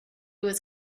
was